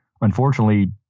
unfortunately